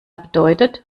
bedeutet